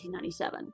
1997